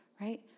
right